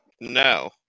No